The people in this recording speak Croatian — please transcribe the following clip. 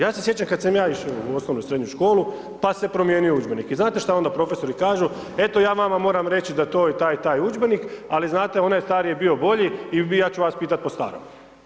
Ja se sjećam kad sam ja išo u osnovnu i srednju školu, pa se promijenio udžbenik i znate šta onda profesori kažu, eto ja vama moram reći da to je taj i taj udžbenik ali znate onaj stari je bio bolji i ja ću vas pitat po starom.